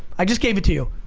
i just gave it to you.